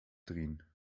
drin